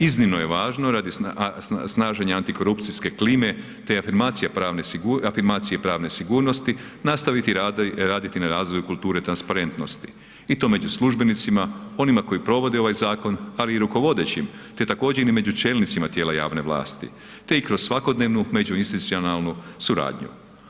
Iznimno je važno radi snaženja antikorupcijske klime te afirmacije pravne sigurnosti, nastaviti raditi na razvoju kulture transparentnosti i to među službenicima, onima koji provode ovaj zakon, ali i rukovodećim te također i među čelnicima tijela javne vlasti, te i kroz svakodnevnu međuinstitucionalnu suradnju.